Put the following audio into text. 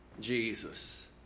Jesus